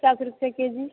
पचास रूपआ केजी